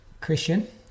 Christian